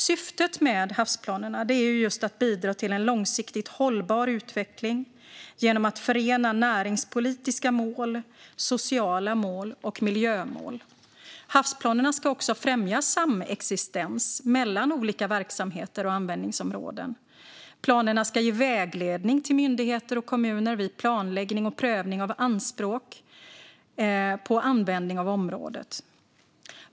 Syftet med havsplanerna är att bidra till en långsiktigt hållbar utveckling genom att förena näringspolitiska mål, sociala mål och miljömål. Havsplanerna ska också främja samexistens mellan olika verksamheter och användningsområden. Planerna ska ge vägledning till myndigheter och kommuner vid planläggning och prövning av anspråk på användning av området.